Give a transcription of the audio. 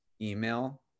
email